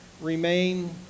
remain